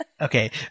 Okay